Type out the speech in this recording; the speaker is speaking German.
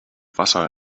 wasser